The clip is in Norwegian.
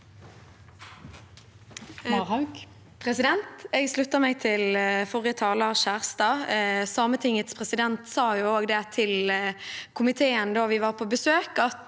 Jeg slutter meg til for- rige taler, Kjerstad. Sametingets president sa jo også til komiteen da vi var på besøk, at